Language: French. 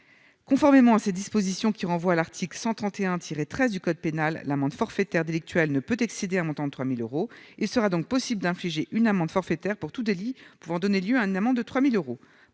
conformément à ses dispositions qui renvoie à l'article 131 tiré 13 du code pénal : l'amende forfaitaire délictuelle ne peut excéder un montant de 3000 euros, il sera donc possible d'infliger une amende forfaitaire pour tout délit pouvant donner lieu à une amende de 3000 euros